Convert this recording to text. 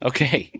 Okay